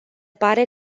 pare